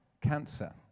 cancer